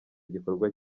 gikorwa